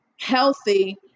healthy